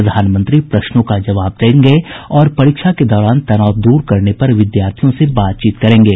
प्रधानमंत्री प्रश्नों का जवाब देंगे और परीक्षा के दौरान तनाव दूर करने पर विद्यार्थियों से बातचीत करेंगे